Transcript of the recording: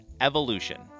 evolution